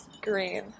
green